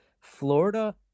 Florida